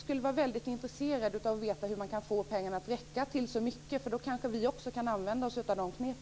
Jag är mycket intresserad av att få veta hur kristdemokraterna kan få pengarna att räcka till så mycket. Då kanske vi också kanske använda oss av dessa knep.